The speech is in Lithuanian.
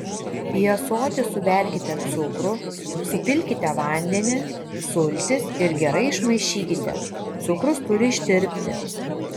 į ąsotį suberkite cukrų supilkite vandenį sultis ir gerai išmaišykite cukrus turi ištirpti